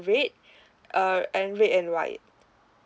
red uh and red and white